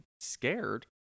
scared